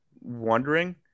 wondering